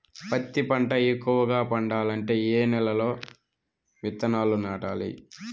పత్తి పంట ఎక్కువగా పండాలంటే ఏ నెల లో విత్తనాలు నాటాలి?